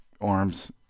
arms